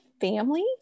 family